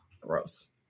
gross